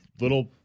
little